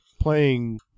playing